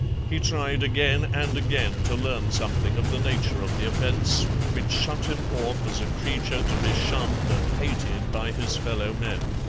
he tried again and again to learn something of the nature of the offence which shut him off as a creature to be shunned and hated by his fellow-men.